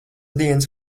dienas